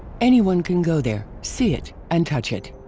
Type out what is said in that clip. anyone can go there, see it and touch it.